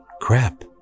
crap